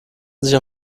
sich